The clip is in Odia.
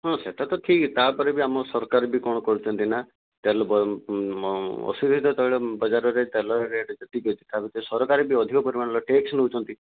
ହଁ ସେଇଟା ତ ଠିକ୍ ତା' ପରେ ବି ଆମ ସରକାର ବି କ'ଣ କରିଛନ୍ତି ନା ତେଲ ଅଶୋଧିତ ତୈଳ ବଜାରରେ ତେଲ ରେଟ୍ ଯେତିକି ଅଛି ସରକାର ବି ଅଧିକ ପରିମାଣର ଟ୍ୟାକ୍ସ ନେଉଛନ୍ତି